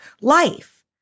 life